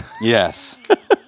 Yes